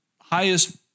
highest